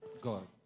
God